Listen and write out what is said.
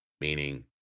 meaning